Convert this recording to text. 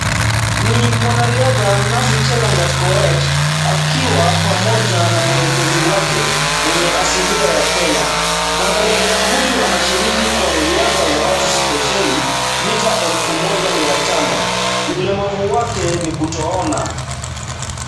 Ni mwanariadha Nancy Chelengat Koech. Akiwa pamoja na mwelekezi wake mwenye asilia ya Kenya. Mwanariadha huyu anashiriki kwa riadha za watu spesheli mita elfu moja mia tano. Ulemavu wake ni kutoona.